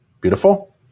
beautiful